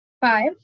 Five